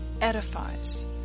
edifies